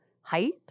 height